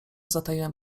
zataiłem